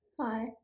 Hi